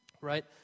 right